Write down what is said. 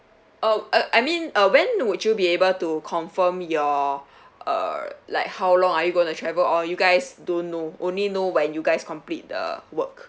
oh uh I mean uh when would you be able to confirm your uh like how long are you going to travel or you guys don't know only know when you guys complete the work